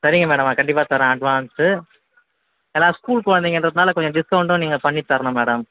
சரிங்க மேடம் நான் கண்டிப்பாக தரேன் அட்வான்ஸு ஏனால் ஸ்கூல் குழந்தைங்கன்றதுனால கொஞ்ச டிஸ்கௌண்ட்டும் நீங்கள் பண்ணித் தரணும் மேடம்